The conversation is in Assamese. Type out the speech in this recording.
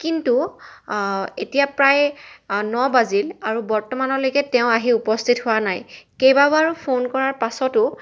কিন্তু এতিয়া প্ৰায় ন বাজিল আৰু বৰ্তমানলৈকে তেওঁ আহি উপস্থিত হোৱা নাই কেইবাবাৰো ফোন কৰাৰ পাছতো